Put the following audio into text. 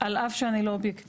על אף שאני לא אובייקטיבית,